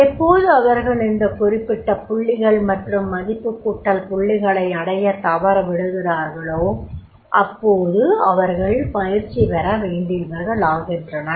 எப்போது அவர்கள் இந்த குறிப்பிட்ட புள்ளிகள் மற்றும் மதிப்புக்கூட்டல் புள்ளிகளை அடையத் தவறவிடுகிறார்களோ அப்போது அவர்கள் பயிற்சி பெற வேண்டியவர்களாகின்றனர்